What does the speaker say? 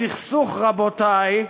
הסכסוך, רבותי,